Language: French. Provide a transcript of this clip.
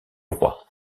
roi